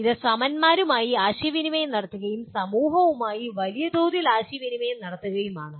അത് സമന്മാരുമായി ആശയവിനിമയം നടത്തുകയും സമൂഹവുമായി വലിയ തോതിൽ ആശയവിനിമയം നടത്തുകയുമാണ്